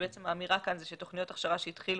ובעצם האמירה כאן זה שתוכניות הכשרה שהתחילו